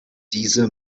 diese